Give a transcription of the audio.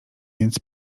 więc